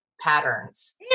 patterns